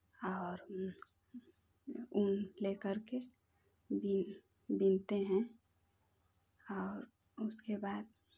और ऊन ले करके बिन बीनते हैं और उसके बाद